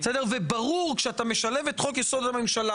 ברור שכשאתה משלב את חוק-יסוד: הממשלה